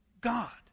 God